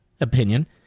opinion